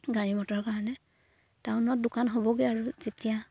গাড়ী মটৰৰ কাৰণে টাউনত দোকান হ'বগে আৰু যেতিয়া